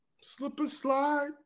Slip-and-slide